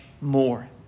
more